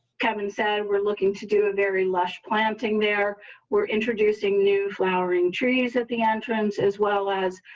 kevin said we're looking to do a very lush planting. there were introducing new flowering trees at the entrance, as well as